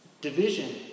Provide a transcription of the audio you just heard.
Division